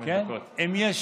אם יש